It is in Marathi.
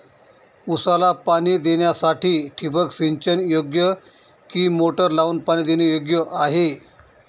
ऊसाला पाणी देण्यासाठी ठिबक सिंचन योग्य कि मोटर लावून पाणी देणे योग्य आहे?